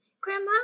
Grandma